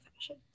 fashion